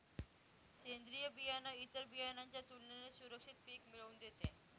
सेंद्रीय बियाणं इतर बियाणांच्या तुलनेने सुरक्षित पिक मिळवून देते